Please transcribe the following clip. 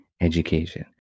education